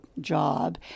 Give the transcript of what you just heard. job